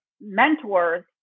mentors